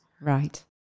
Right